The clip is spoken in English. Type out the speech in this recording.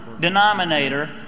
denominator